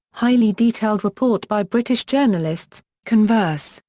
highly detailed report by british journalists converse,